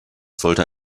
sollte